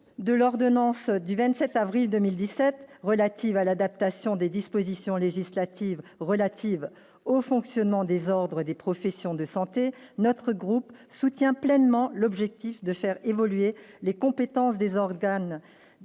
de l'ordonnance du 27 avril 2017 relative à l'adaptation des dispositions législatives relatives au fonctionnement des ordres des professions de santé, notre groupe soutient pleinement l'objectif de faire évoluer les compétences des organes